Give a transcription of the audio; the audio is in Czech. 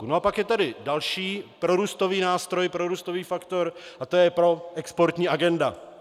A pak je tady další prorůstový nástroj, prorůstový faktor, a to je proexportní agenda.